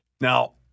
Now